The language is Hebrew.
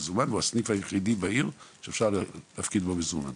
מזומן והוא הסניף היחידי בעיר שאפשר להפקיד בו מזומן.